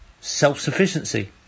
self-sufficiency